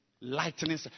Lightning